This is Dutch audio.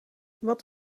wat